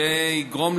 כאן